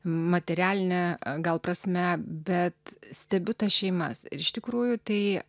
materialine a gal prasme bet stebiu tas šeimas ir iš tikrųjų tai